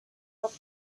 but